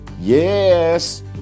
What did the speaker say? Yes